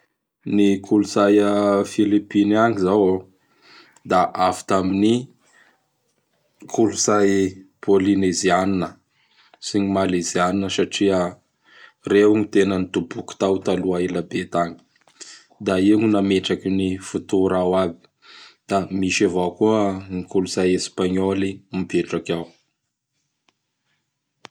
Ny kolotsay a Filipiny agny zao o! Da avy tamin'ny kolotsay Pôlinezianina sy gn ny Malezianina satria reo gn tena nitoboky tao taloa ela be tagny. Da io gn nametraky gny fotora ao aby. Da misy avao koa gn kolotsay Espagnoly mipetraky ao.